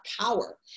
power